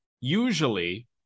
Usually –